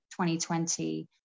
2020